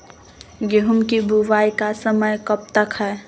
गेंहू की बुवाई का समय कब तक है?